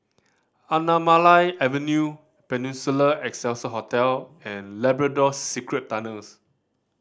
Anamalai Avenue Peninsula Excelsior Hotel and Labrador Secret Tunnels